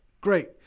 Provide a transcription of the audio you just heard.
Great